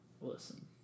Listen